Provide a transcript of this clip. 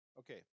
okay